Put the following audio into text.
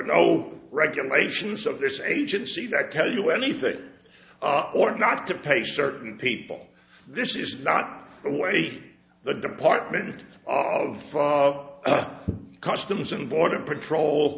no regulations of this agency that tell you anything or not to pay certain people this is not the way the department of customs and border patrol